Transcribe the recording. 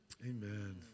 Amen